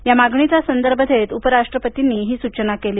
त्या मागणीचा संदर्भ देत उपराष्ट्रपर्तीनी ही सूचना केली